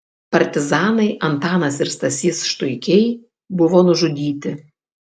partizanai antanas ir stasys štuikiai buvo nužudyti